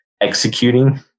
executing